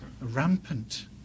rampant